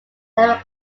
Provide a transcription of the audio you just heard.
never